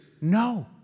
no